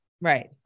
Right